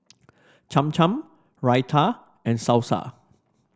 Cham Cham Raita and Salsa